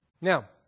Now